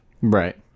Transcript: Right